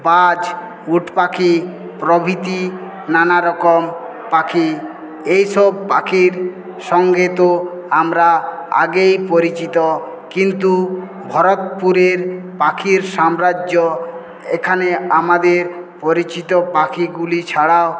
বাজ উটপাখি প্রভিতি নানারকম পাখি এইসব পাখির সঙ্গে তো আমরা আগেই পরিচিত কিন্তু ভরতপুরের পাখির সাম্রাজ্য এখানে আমাদের পরিচিত পাখিগুলি ছাড়াও